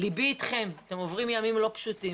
ליבי איתכם, אתם עוברים ימים לא פשוטים